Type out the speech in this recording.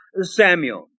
Samuel